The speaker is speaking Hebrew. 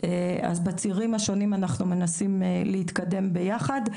אז בצירים השונים אנחנו מנסים להתקדם ביחד.